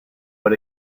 but